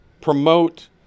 promote